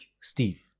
Steve